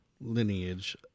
lineage